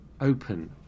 open